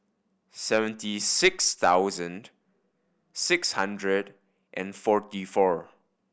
seventy six thousand six hundred and forty four